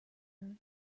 are